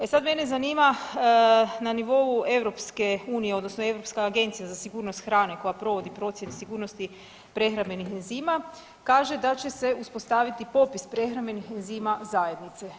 E sada mene zanima na nivou EU odnosno Europska agencija za sigurnost hrane koja provodi procjene sigurnosti prehrambenih enzima kaže da će se uspostaviti popis prehrambenih enzima zajednice.